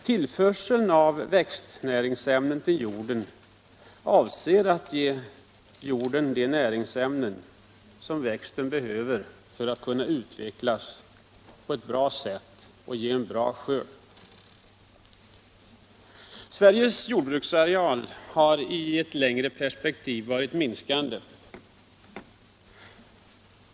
Tillförseln av växtnäringsämnen till jorden avser att ge jorden de näringsämnen som växten behöver för att kunna utvecklas på ett tillfredsställande sätt och ge en god skörd. Sveriges jordbruksareal har i ett längre perspektiv varit i minskande.